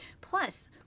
Plus